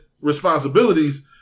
responsibilities